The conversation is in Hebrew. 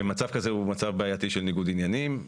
מצב כזה הוא מצב בעייתי של ניגוד עניינים.